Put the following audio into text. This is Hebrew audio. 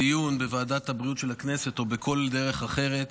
בדיון בוועדת הבריאות של הכנסת או בכל דרך אחרת,